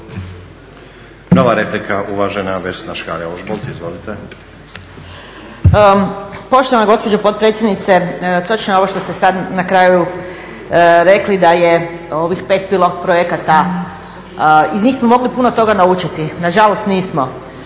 Nova replika, uvažena Vesna Škare-Ožbolt. Izvolite. **Škare Ožbolt, Vesna (DC)** Poštovana gospođo potpredsjednice, točno je ovo što ste sada na kraju rekli da je ovih pet pilot projekata, iz njih smo mogli puno toga naučiti, nažalost nismo.